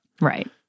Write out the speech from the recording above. right